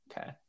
Okay